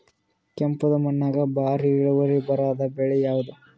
ಕೆಂಪುದ ಮಣ್ಣಾಗ ಭಾರಿ ಇಳುವರಿ ಬರಾದ ಬೆಳಿ ಯಾವುದು?